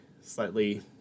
slightly